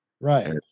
Right